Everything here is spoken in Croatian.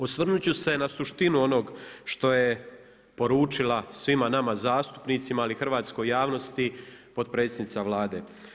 Osvrnut ću se na suštinu onog što je poručila svima nama zastupnicima, ali i hrvatskoj javnosti potpredsjednica Vlade.